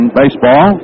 baseball